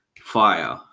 Fire